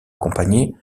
accompagnées